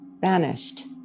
vanished